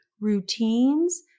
routines